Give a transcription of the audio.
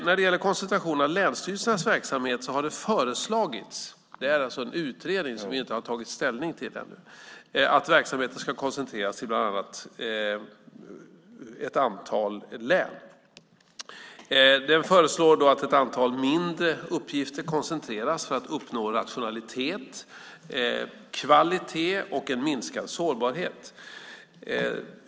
När det gäller koncentrationen av länsstyrelsernas verksamhet har det föreslagits - det är alltså en utredning som vi inte har tagit ställning till ännu - att verksamheten ska koncentreras till ett antal län. Utredningen föreslår att ett antal mindre uppgifter koncentreras för att uppnå rationalitet, kvalitet och en minskad sårbarhet.